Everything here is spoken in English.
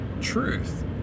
truth